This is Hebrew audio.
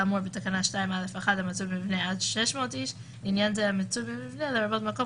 כולל ביטול מגבלות על חללים